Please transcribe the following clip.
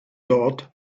dort